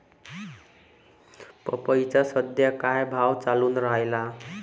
पपईचा सद्या का भाव चालून रायला?